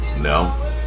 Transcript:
No